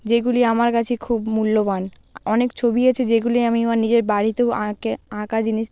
যেগুলি আমার কাছে খুব মূল্যবান অনেক ছবি আছে যেগুলি আমি আমার নিজের বাড়িতেও আঁকে আঁকা জিনিস